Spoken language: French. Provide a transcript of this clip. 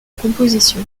composition